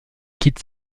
quitte